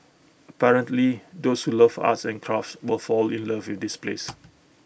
apparently those who love arts and crafts will fall in love with this place